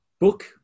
book